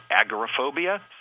agoraphobia